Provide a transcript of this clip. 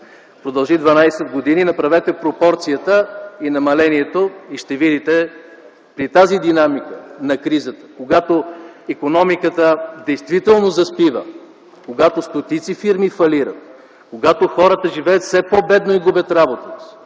продължи 12 години. Направете пропорцията и намалението и ще видите при тази динамика на кризата, когато икономиката действително заспива, когато стотици фирми фалират, когато хората живеят все по-бедно и губят работа си